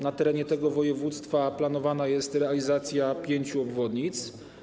Na terenie tego województwa planowana jest realizacja pięciu obwodnic.